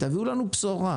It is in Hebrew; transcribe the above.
תביאו לנו בשורה.